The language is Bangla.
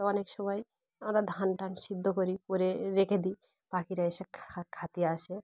তো অনেক সময় আমরা ধান টান সিদ্ধ করি করে রেখে দিই পাখিরা এসো খেতে আসে